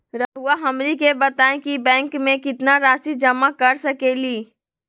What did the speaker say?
रहुआ हमनी के बताएं कि बैंक में कितना रासि जमा कर सके ली?